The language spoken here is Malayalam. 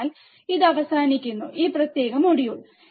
അതിനാൽ ഇത് അവസാനിക്കുന്നു ഈ പ്രത്യേക മൊഡ്യൂൾ